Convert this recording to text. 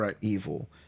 evil